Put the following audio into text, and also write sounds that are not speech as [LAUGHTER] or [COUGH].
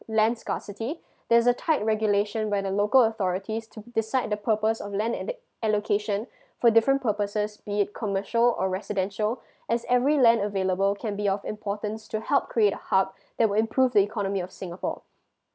land scarcity there is a tight regulation where the local authorities to decide the purpose of land allo~ allocation [BREATH] for different purposes be it commercial or residential [BREATH] as every land available can be of importance to help create a hub [BREATH] that will improve the economy of singapore